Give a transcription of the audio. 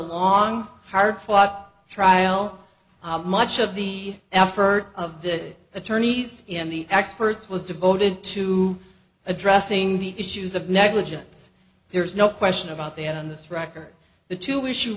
long hard fought trial how much of the effort of the attorneys in the experts was devoted to addressing the issues of negligence there is no question about that on this record the two we